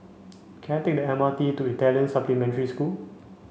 can I take the M R T to Italian Supplementary School